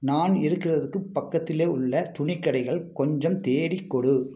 நான் இருக்கிறதுக்கு பக்கத்திலே உள்ள துணிக் கடைகள் கொஞ்சம் தேடிக் கொடு